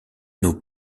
nos